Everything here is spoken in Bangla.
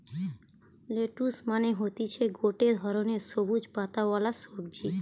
লেটুস মানে হতিছে গটে ধরণের সবুজ পাতাওয়ালা সবজি